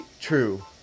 true